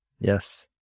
Yes